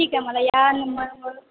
ठीक आहे मला या नंबरवर